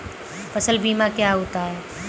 फसल बीमा क्या होता है?